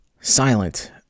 silent